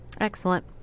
Excellent